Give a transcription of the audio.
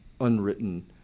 unwritten